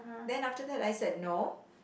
then after that I said no